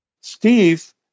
Steve